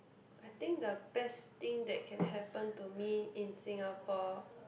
I think the best thing that can happen to me in Singapore